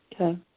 Okay